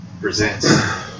presents